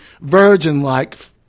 virgin-like